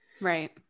Right